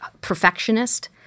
Perfectionist